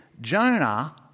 Jonah